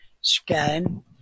scan